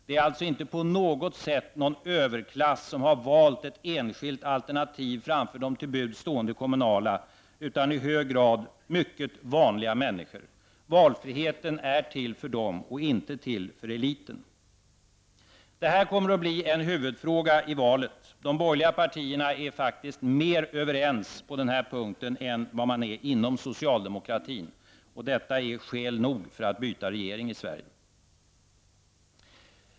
Det är alltså inte på något sätt en överklass, som har valt ett enskilt alternativ framför de till buds stående kommunala alternativen, utan det är i hög grad fråga om mycket vanliga människor. Valfriheten är till för dem och inte för eliten. Detta kommer att bli en huvudfråga i valet. De borgerliga partierna är faktiskt mer överens på den här punkten än vad man är inom socialdemokraterna, och detta är skäl nog för att byta regering i Sverige.